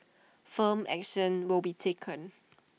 firm action will be taken